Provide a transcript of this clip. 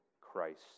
Christ